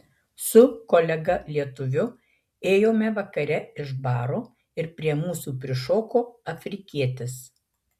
su kolega lietuviu ėjome vakare iš baro ir prie mūsų prišoko afrikietis